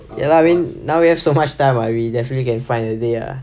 ya lah I mean now now we have so much time what we definitely can find a day lah